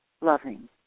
loving